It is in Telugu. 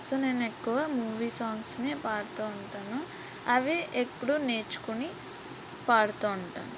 సో నేను ఎక్కువ మూవీ సాంగ్స్నే పాడుతూ ఉంటాను అవి ఎప్పుడు నేర్చుకోని పాడుతూ ఉంటాను